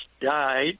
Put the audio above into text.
died